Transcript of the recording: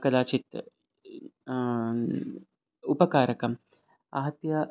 कदाचित् उपकारकम् आहत्य